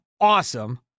awesome